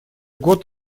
год